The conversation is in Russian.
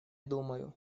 думаю